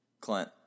Clint